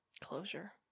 closure